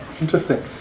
interesting